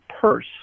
purse